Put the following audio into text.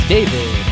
David